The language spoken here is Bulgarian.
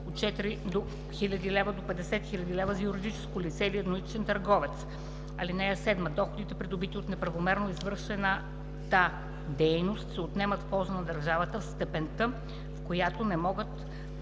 от 4000 до 50 000 лв. – за юридическо лице или едноличен търговец. (7) Доходите, придобити от неправомерно извършваната дейност, се отнемат в полза на държавата в степента, в която не могат